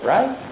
Right